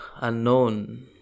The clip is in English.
unknown